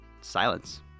silence